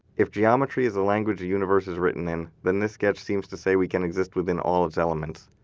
if geometry is the language the universe is written in, then this sketch seems to say we can exist within all its elements.